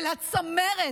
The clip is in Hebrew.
לבין הצמרת,